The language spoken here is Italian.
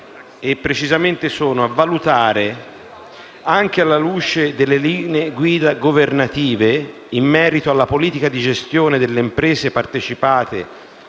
come segue: «a valutare, anche alla luce delle linee guida governative in merito alla politica di gestione delle imprese partecipate